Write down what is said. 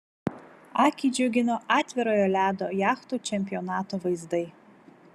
akį džiugino atvirojo ledo jachtų čempionato vaizdai